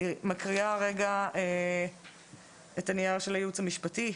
אני אקריא את הנייר של הייעוץ המשפטי.